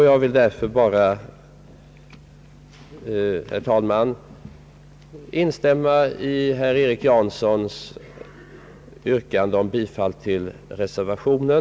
Jag vill därför, herr talman, bara instämma i herr Erik Janssons yrkande om bifall till reservationen.